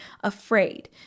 afraid